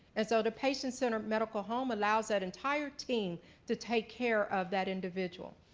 and so the patient-centered medical home allows that entire team to take care of that individual.